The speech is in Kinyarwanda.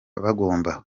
bagomba